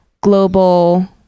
global